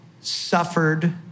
suffered